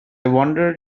wonder